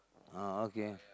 ah okay